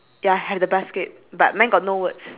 anything else in your picture